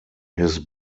his